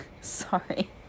Sorry